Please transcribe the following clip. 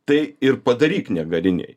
tai ir padaryk negarinėj